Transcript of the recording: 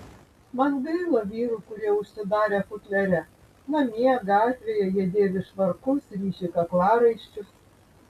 man gaila vyrų kurie užsidarę futliare namie gatvėje jie dėvi švarkus ryši kaklaraiščius